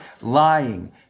lying